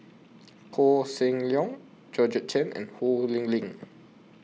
Koh Seng Leong Georgette Chen and Ho Lee Ling